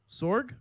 Sorg